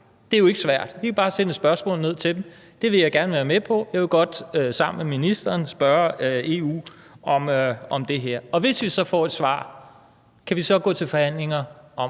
Det er jo ikke svært. Vi kan bare sende et spørgsmål ned til dem. Det vil jeg gerne være med til. Jeg vil godt sammen med ministeren spørge EU om det her. Og hvis vi så får et svar, hvor vi får at vide, at